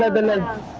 doubles